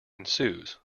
ensues